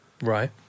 Right